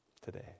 today